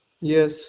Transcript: yes